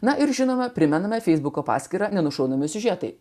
na ir žinoma primename feisbuko paskyrą nenušaunamas siužetai